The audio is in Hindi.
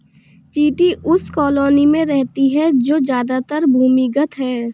चींटी उस कॉलोनी में रहती है जो ज्यादातर भूमिगत है